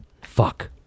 Fuck